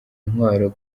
intwaro